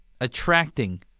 attracting